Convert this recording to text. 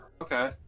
okay